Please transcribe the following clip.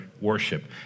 worship